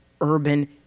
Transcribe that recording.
urban